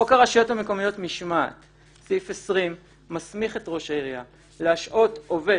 חוק הרשויות המקומיות סעיף עשרים מסמיך את ראש העירייה להשעות עובד